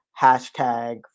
hashtag